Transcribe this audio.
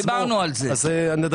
דיברנו על זה.